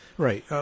Right